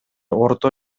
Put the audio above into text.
орто